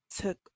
Took